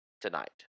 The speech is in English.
tonight